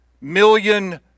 million